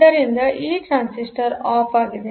ಆದ್ದರಿಂದ ಈ transistor off ಆಗಿದೆ